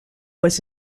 was